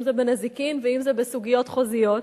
אם זה בנזיקין ואם זה בסוגיות חוזיות,